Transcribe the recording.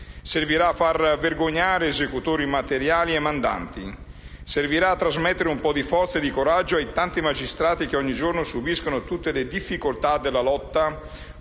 servirà a far vergognare esecutori materiali e mandanti, servirà a trasmettere un po' di forza e di coraggio ai tanti magistrati che ogni giorno subiscono tutte le difficoltà della lotta